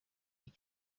icyo